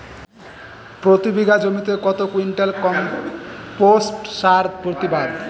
প্রতি বিঘা জমিতে কত কুইন্টাল কম্পোস্ট সার প্রতিবাদ?